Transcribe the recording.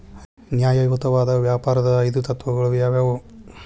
ನ್ಯಾಯಯುತವಾಗಿದ್ ವ್ಯಾಪಾರದ್ ಐದು ತತ್ವಗಳು ಯಾವ್ಯಾವು?